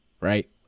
right